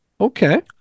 okay